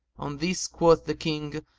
on this quoth the king,